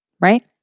Right